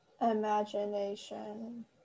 Imagination